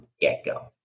get-go